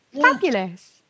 Fabulous